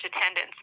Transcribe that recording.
attendance